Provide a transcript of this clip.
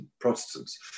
Protestants